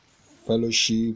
fellowship